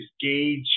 gauge